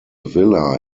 villa